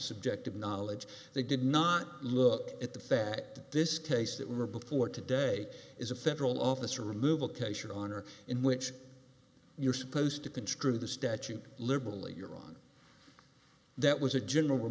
subjective knowledge they did not look at the fact this case that were before today is a federal officer removal case your honor in which you're supposed to construe the statute liberally you're wrong that was a general